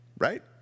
Right